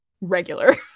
regular